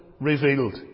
revealed